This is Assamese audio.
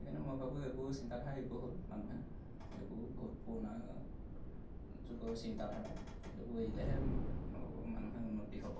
সেইকাৰণে মই ভাবোঁ এইবোৰ চিন্তাধাৰা এৰিব হ'ল মানুহে এইবোৰ বহুত পুৰণা যুগৰ চিন্তাধাৰা এইবোৰ এৰিলেহে মই ভাবোঁ মানুহৰ উন্নতি হ'ব